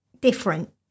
different